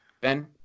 Ben